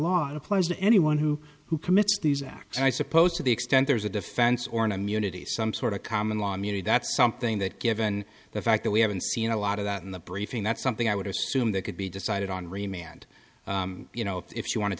lot applies to anyone who who commits these acts and i suppose to the extent there is a defense or an immunity some sort of common law immunity that's something that given the fact that we haven't seen a lot of that in the briefing that's something i would assume that could be decided on remain and you know if you want